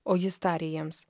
o jis tarė jiems